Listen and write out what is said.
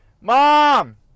mom